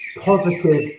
positive